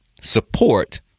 support